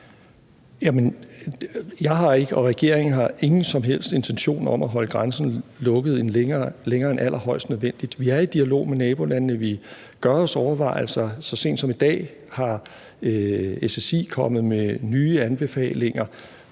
regeringen har ingen som helst intention om at holde grænsen lukket længere end allerhøjst nødvendigt. Vi er i dialog med nabolandene. Vi gør os overvejelser. Så sent som i dag er Statens Serum Institut kommet med nye anbefalinger.